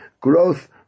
growth